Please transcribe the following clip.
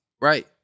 Right